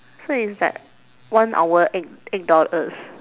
so it's like one hour eight eight dollars